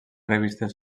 revistes